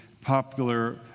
popular